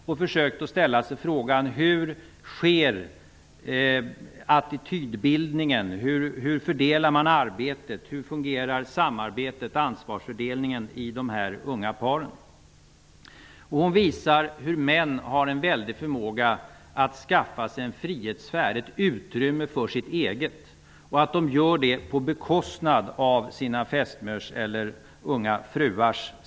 Hon har ställt sig frågan hur attitydbildningen sker, hur arbetet fördelas och hur samarbetet och ansvarsfördelningen fungar hos dessa unga par. Hon visar hur män har en förmåga att skaffa sig en frihetssfär, ett utrymme för sitt eget liv, på bekostnad av sina fästmör eller unga fruar.